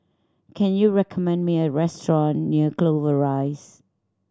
can you recommend me a restaurant near Clover Rise